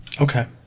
Okay